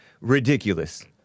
ridiculous